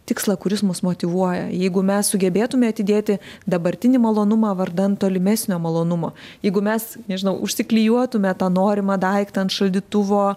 tikslą kuris mus motyvuoja jeigu mes sugebėtume atidėti dabartinį malonumą vardan tolimesnio malonumo jeigu mes nežinau užsiklijuotume tą norimą daiktą ant šaldytuvo